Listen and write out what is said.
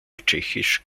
tschechisch